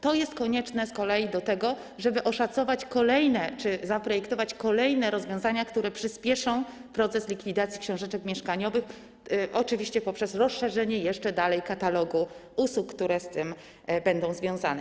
To jest konieczne z kolei do tego, by oszacować, czy trzeba zaprojektować kolejne rozwiązania, które przyspieszą proces likwidacji książeczek mieszkaniowych, oczywiście poprzez dalsze rozszerzenie katalogu usług, które z tym będą związane.